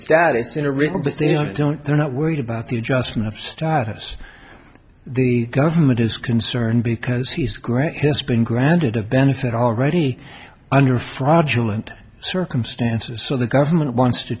written but they don't they're not worried about the adjustment of status the government is concerned because he's grant has been granted a benefit already under fraudulent circumstances so the government wants to